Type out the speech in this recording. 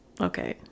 okay